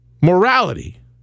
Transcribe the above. morality